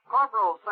Corporal